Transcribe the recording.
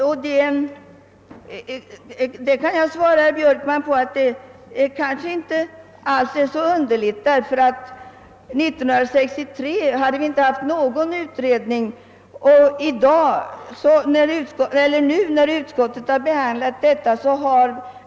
På det vill jag svara att det inte är så underligt, ty 1963 var det ingen utredning som arbetade med dessa frågor.